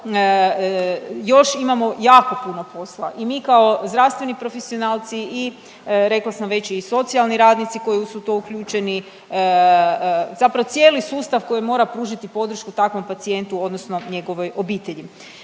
zato još imamo jako puno posla i mi kao zdravstveni profesionalci i, rekla sam već, i socijalni radnici koji su u to uključeni, zapravo cijeli sustav koji mora pružiti podršku takvom pacijentu odnosno njegovoj obitelji.